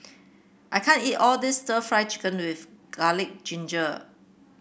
I can't eat all this stir Fry Chicken with curry ginger